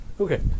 Okay